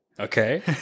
Okay